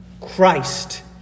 Christ